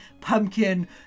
pumpkin